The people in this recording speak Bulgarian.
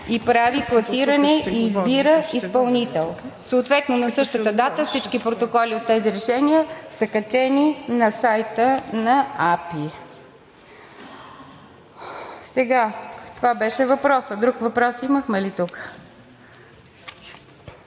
и прави класиране и избира изпълнител. Съответно на същата дата всички протоколи от тези решения са качени и на сайта на АПИ. Това беше въпросът. Друг въпрос имахме ли тук?